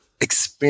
experience